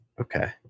Okay